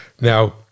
now